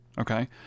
okay